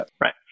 Right